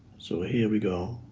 so, here we go.